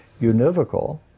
univocal